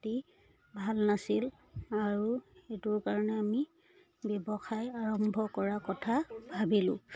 অতি ভাল নাছিল আৰু সেইটোৰ কাৰণে আমি ব্যৱসায় আৰম্ভ কৰা কথা ভাবিলো